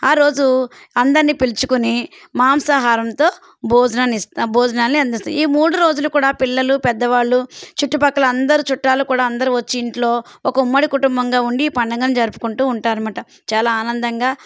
ఆ రోజు అందరినీ పిలుచుకొని మాంసాహారంతో భోజనాన్ని ఇస్తాము భోజనాలని అందిస్తాము ఈ మూడు రోజులు కూడా పిల్లలు పెద్దవాళ్ళు చుట్టుపక్కల అందరు చుట్టాలు కూడా అందరు వచ్చి ఇంట్లో ఒక ఉమ్మడి కుటుంబంగా ఉండి పండగను జరుపుకుంటూ ఉంటారు అన్నమాట చాలా ఆనందంగా